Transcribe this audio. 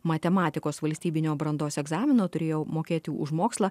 matematikos valstybinio brandos egzamino turėjau mokėti už mokslą